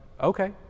okay